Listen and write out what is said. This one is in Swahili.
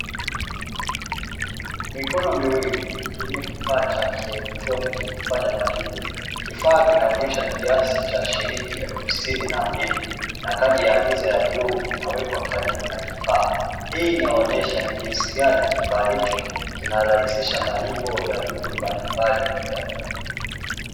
Mikono miwili ikitumia kifaa cha kieletroniki kufanya malipo. Kifaa kinaonyesha kiasi cha shilingi elfu sitini na mbili na kadi ya VISA ya bluu imewekwa karibu na kifaa, hii inaonyesha ni jinsi gani kifaa hicho kinarahisisha malipo ya vitu mbalimbali katika jamii